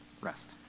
rest